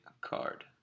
card